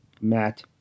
Matt